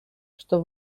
что